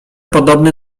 podobny